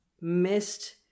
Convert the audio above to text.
missed